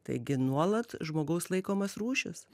taigi nuolat žmogaus laikomas rūšis